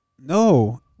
no